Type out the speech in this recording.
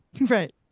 Right